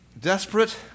desperate